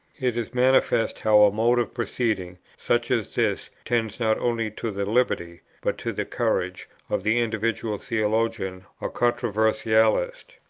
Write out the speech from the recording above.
it is manifest how a mode of proceeding, such as this, tends not only to the liberty, but to the courage, of the individual theologian or controversialist.